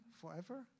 forever